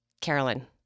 Carolyn